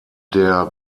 der